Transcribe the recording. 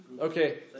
Okay